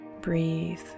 Breathe